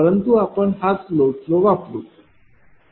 परंतु आपण हाच लोड फ्लो वापरू